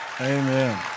Amen